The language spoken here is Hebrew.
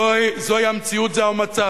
זוהי המציאות, זהו המצב.